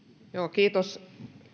kiitos